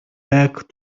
back